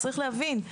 צריך להבין,